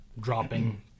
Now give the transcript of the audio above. dropping